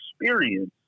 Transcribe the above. experience